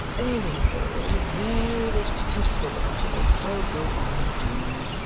anything to vary this detestable monotony. oh, go on, do!